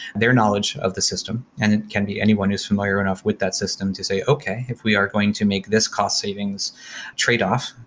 their knowledge of the system, and it can be anyone who's familiar enough with that system to say, okay. if we are going to make this cost savings trade-off,